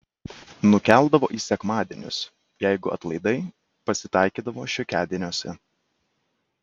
nukeldavo į sekmadienius jeigu atlaidai pasitaikydavo šiokiadieniuose